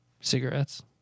Cigarettes